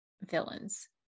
villains